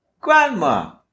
grandma